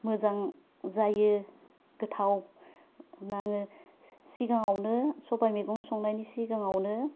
मोजां जायो गोथाव नाङो सिगाङावनो सबाइ मेगं संनायनि सिगाङावनो